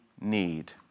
need